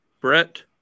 Brett